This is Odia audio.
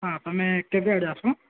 ହଁ ତୁମେ କେବେ ଆଡ଼େ ଆସିବ